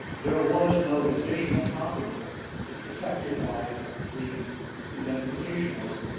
there was no division of property affected by the indemnification order.